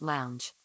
Lounge